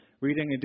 reading